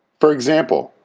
for example,